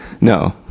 no